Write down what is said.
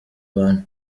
abantu